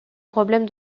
problème